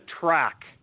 track